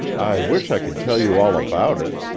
i wish i could tell you all about it.